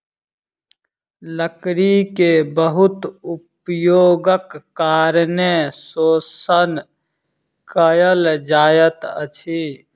लकड़ी के बहुत उपयोगक कारणें शोषण कयल जाइत अछि